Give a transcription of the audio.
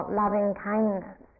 loving-kindness